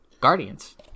guardians